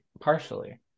partially